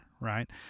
Right